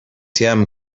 atm